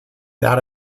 that